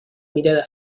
mirada